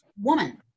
woman